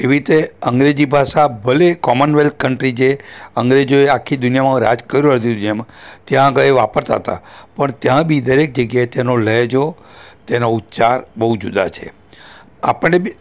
એવી રીતે અંગ્રેજી ભાષા ભલે કોમનવેલ્થ કન્ટ્રી જે અંગ્રેજો એ આખી દુનિયામાં રાજ કર્યું હતું જેમ ત્યાં આગળ એ વાપરતા તા પણ ત્યાં બી દરેક જગ્યાએ તેનો લહેજો તેના ઉચ્ચાર બહુ જુદા છે આપણે બી